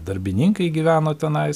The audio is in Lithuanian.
darbininkai gyveno tenais